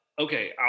okay